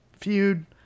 Feud